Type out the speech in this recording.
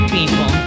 people